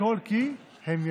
הכול כי הם יכולים.